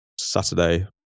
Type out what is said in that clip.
Saturday